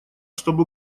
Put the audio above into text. чтобы